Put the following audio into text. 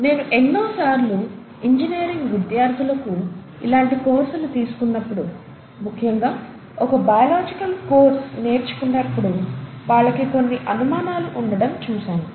నేను ఎన్నో సార్లు ఇంజనీరింగ్ విద్యార్థులకు ఇలాంటి కోర్సులు తీసుకున్నపుడు ముఖ్యంగా ఒక బయోలాజికల్ కోర్స్ నేర్చుకున్నప్పుడు వాళ్ళకి కొన్ని అనుమానాలు ఉండటం గమనించాను